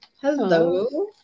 Hello